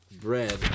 bread